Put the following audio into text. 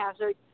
hazard